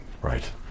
Right